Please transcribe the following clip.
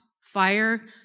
fire